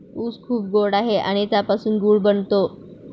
ऊस खूप गोड आहे आणि त्यापासून गूळ बनतो